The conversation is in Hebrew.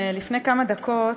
לפני כמה דקות,